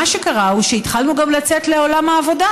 מה שקרה הוא שהתחלנו גם לצאת לעולם העבודה.